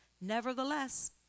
Nevertheless